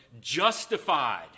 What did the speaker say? justified